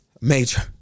major